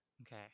okay